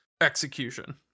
execution